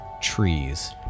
trees